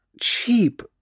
cheap